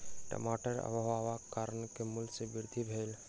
टमाटर अभावक कारणेँ मूल्य में वृद्धि भेल